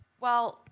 well,